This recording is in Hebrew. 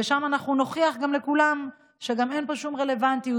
ושם אנחנו נוכיח לכולם שאין פה שום רלוונטיות,